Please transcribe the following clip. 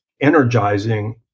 energizing